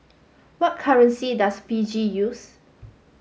what currency does Fiji use